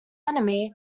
enemy